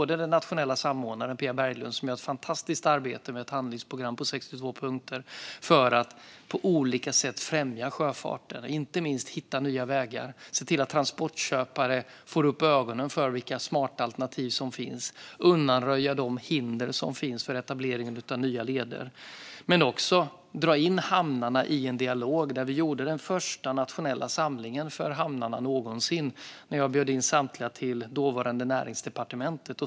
Den nationella samordnaren Pia Berglund gör ett fantastiskt arbete med att ta fram ett handlingsprogram på 62 punkter för att på olika sätt främja sjöfarten, inte minst hitta nya vägar och se till att transportköpare får upp ögonen för vilka smarta alternativ som finns och undanröja de hinder som finns för etablering av nya leder. Det är också fråga om att dra in hamnarna i en dialog. Vi gjorde den första nationella samlingen för hamnarna någonsin när jag bjöd in samtliga till dåvarande Näringsdepartementet.